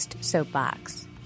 soapbox